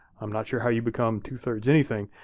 i'm not sure how you become two-thirds anything.